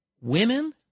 Women